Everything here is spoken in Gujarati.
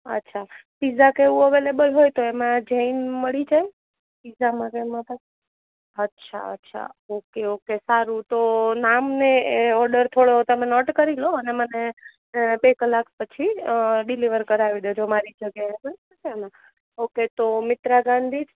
અચ્છા પીઝા કે કોઈ અવેલેબલ હોય એમાં જૈન મળી જાય પીઝામાં કે એમાં કાઇ અચ્છા અચ્છા ઓકે ઓકે સારું તો નામ ને ઓડર થોડો તમે નોટ કરી લો અને મને બે કલાક પછી મને ડિલિવર કરાવી દેજો મારી જગ્યાએ ઓકે મિત્રા ગાંધી